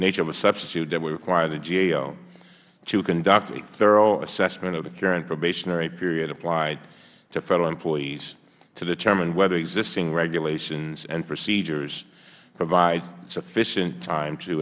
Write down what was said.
nature of a substitute that would require the gao to conduct a thorough assessment of the current probationary period applied to federal employees to determine whether existing regulations and procedures provide sufficient time to